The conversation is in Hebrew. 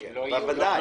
אחרת לא יוכלו לשלם.